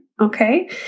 Okay